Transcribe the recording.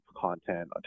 content